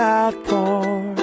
outpour